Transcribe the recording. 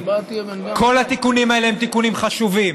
כל התיקונים האלה הם תיקונים חשובים,